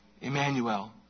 Emmanuel